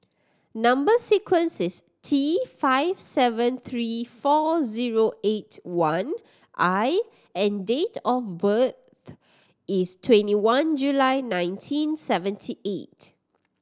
number sequence is T five seven three four zero eight one I and date of birth is twenty one July nineteen seventy eight